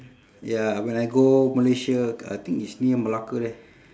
ya when I go malaysia I think it's near malacca there